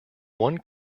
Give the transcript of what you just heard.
one